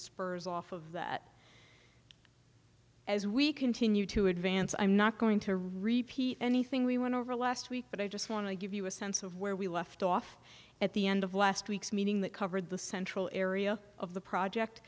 spurs off of that as we continue to advance i'm not going to repeat anything we went over last week but i just want to give you a sense of where we left off at the end of last week's meeting that covered the central area of the project